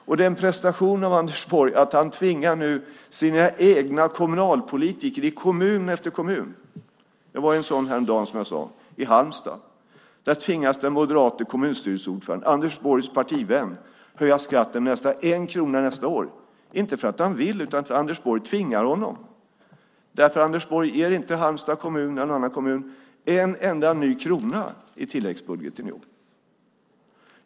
Det är också en prestation av Anders Borg att han tvingar sina egna kommunalpolitiker i kommun efter kommun att höja skatten. Jag var, som jag sade, i Halmstad häromdagen och där tvingas den moderate kommunstyrelseordföranden, Anders Borgs partivän, att höja skatten med nästan 1 krona nästa år, inte för att han vill utan därför att Anders Borg tvingar honom. Anders Borg ger inte Halmstad kommun eller någon annan kommun en enda ny krona i tilläggsbudgeten i år.